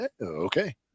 Okay